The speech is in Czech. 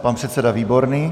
Pan předseda Výborný.